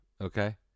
okay